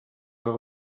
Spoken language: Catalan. del